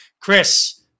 Chris